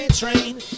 Train